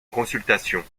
consultation